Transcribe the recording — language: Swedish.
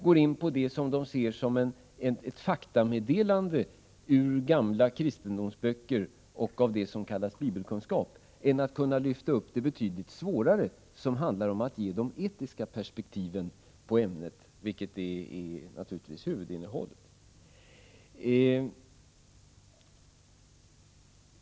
Jag vill i detta sammanhang påpeka att behörighet och kompetens inte är riktigt detsamma. Om hälften av lärarna är obehöriga, är det inte lika många som inte är kompetenta att undervisa. Också detta är viktigt att komma ihåg.